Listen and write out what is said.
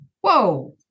Whoa